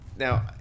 Now